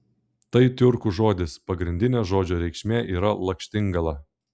tai tiurkų žodis pagrindinė žodžio reikšmė yra lakštingala